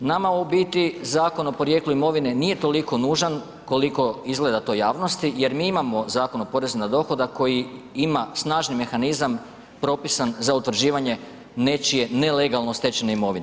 Nama u biti Zakon o porijeklu imovine nije toliko nužan koliko izgleda to javnosti jer mi imamo Zakon o porezu na dohodak koji ima snažni mehanizam propisan za utvrđivanje nečije nelegalno stečene imovine.